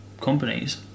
companies